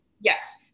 Yes